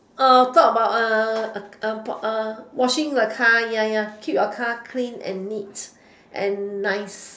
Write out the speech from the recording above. talk about washing the car ya ya keep your car clean and neat and nice